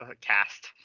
cast